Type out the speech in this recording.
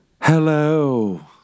Hello